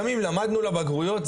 גם אם למדנו לבגרויות,